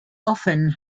often